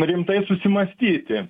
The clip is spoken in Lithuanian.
rimtai susimąstyti